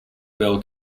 bell